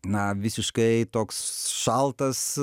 na visiškai toks šaltas